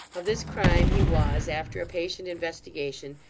of this crime he was, after a patient investigation,